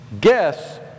Guess